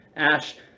Ash